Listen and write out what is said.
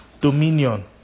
dominion